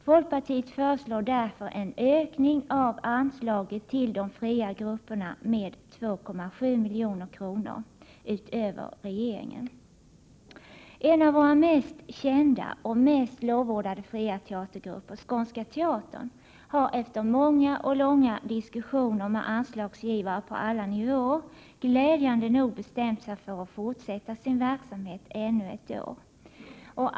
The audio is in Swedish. Folkpartiet föreslår därför en ökning av anslaget till de fria grupperna med 2,7 milj.kr. utöver regeringens förslag. En av våra mest kända och mest lovordade fria teatergrupper, Skånska teatern, har efter många och långa diskussioner med anslagsgivare på alla nivåer glädjande nog bestämt sig för att fortsätta sin verksamhet ännu ett år.